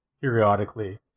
periodically